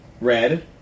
Red